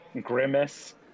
Grimace